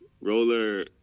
Roller